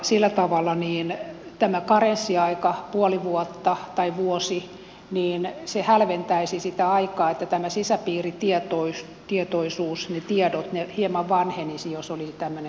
sillä tavalla tämä karenssiaika puoli vuotta tai vuosi hälventäisi sitä aikaa että tämä sisäpiiritietoisuus ne tiedot hieman vanhenisi jos olisi tämmöinen jäähdyttelyaika